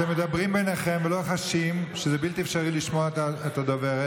אתם מדברים ביניכם ולא חשים שזה בלתי אפשרי לשמוע את הדוברת.